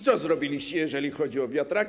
Co zrobiliście, jeżeli chodzi o wiatraki?